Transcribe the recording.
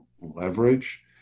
leverage